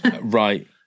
Right